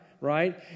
right